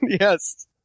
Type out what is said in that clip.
Yes